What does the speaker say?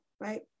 right